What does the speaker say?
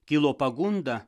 kilo pagunda